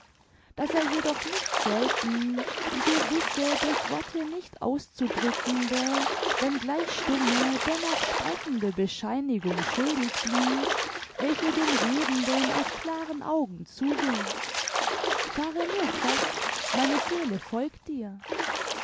daß er jedoch nicht selten die gewisse durch worte nicht auszudrückende wenn gleich stumme dennoch sprechende bescheinigung schuldig blieb welche dem redenden aus klaren augen zuwinkt fahre nur fort meine seele folgt dir